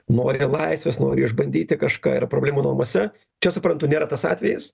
nori laisvės nori išbandyti kažką ir problemų namuose čia suprantu nėra tas atvejis